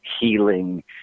healing